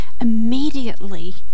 immediately